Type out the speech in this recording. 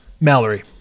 Mallory